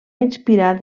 inspirar